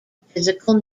physical